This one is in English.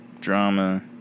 Drama